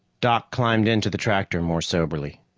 doc climbed into the tractor more soberly.